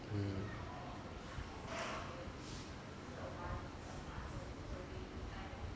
mm